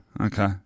okay